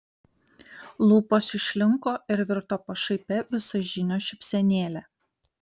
lūpos išlinko ir virto pašaipia visažinio šypsenėle